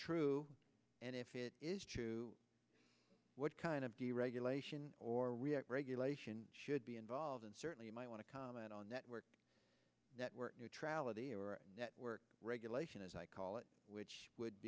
true and if it is true what kind of deregulation or react regulation should be involved and certainly you might want to comment on network network neutrality or network regulation as i call it which would